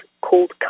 called